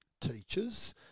teachers